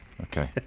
okay